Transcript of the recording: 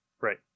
Right